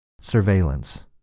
surveillance